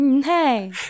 Hey